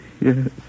Yes